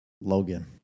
Logan